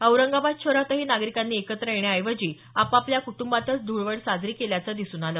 औरंगाबाद शहरातही नागरिकांनी एकत्र येण्याऐवजी आपापल्या कुटुंबातच धुळवड साजरी केल्याचं दिसून आलं